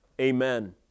Amen